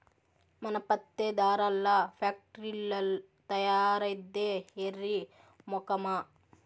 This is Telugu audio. మన పత్తే దారాల్ల ఫాక్టరీల్ల తయారైద్దే ఎర్రి మొకమా